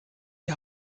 die